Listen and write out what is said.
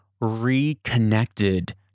reconnected